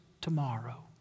tomorrow